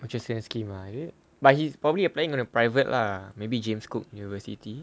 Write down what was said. what you say scheme ah is it but he's probably a playing on a private lah maybe james cook university